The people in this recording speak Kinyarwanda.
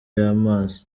y’amazi